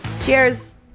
Cheers